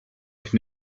can